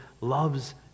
loves